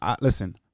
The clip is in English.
listen